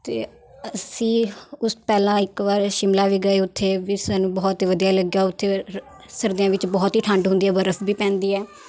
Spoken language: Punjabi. ਅਤੇ ਅਸੀਂ ਉਸ ਪਹਿਲਾਂ ਇੱਕ ਵਾਰ ਸ਼ਿਮਲਾ ਵੀ ਗਏ ਉੱਥੇ ਵੀ ਸਾਨੂੰ ਬਹੁਤ ਹੀ ਵਧੀਆ ਲੱਗਿਆ ਉੱਥੇ ਰ ਸਰਦੀਆਂ ਵਿੱਚ ਬਹੁਤ ਹੀ ਠੰਢ ਹੁੰਦੀ ਹੈ ਬਰਫ਼ ਵੀ ਪੈਂਦੀ ਹੈ